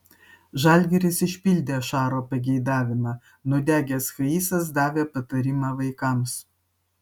žalgiris išpildė šaro pageidavimą nudegęs hayesas davė patarimą vaikams